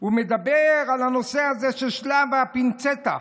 הוא מדבר על הנושא הזה של שלב הפינצטה.